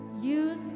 Use